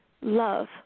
love